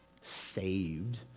Saved